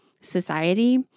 society